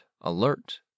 alert